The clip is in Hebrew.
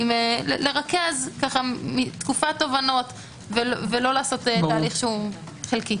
לרכז תקופת תובנות ולא לעשות תהליך חלקי.